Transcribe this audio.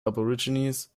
aborigines